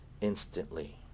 instantly